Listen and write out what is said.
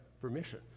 permission